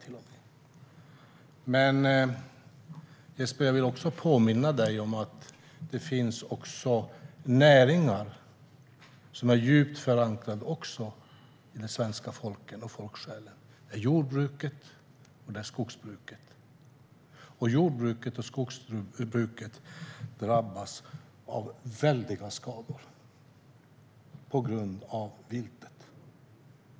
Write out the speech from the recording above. Låt mig dock påminna om att det finns andra näringar som också är djupt förankrade i den svenska folksjälen, nämligen jordbruket och skogsbruket. Dessa drabbas av väldiga skador på grund av viltet.